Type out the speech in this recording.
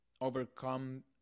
overcome